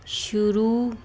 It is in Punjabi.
ਸ਼ੁਰੂ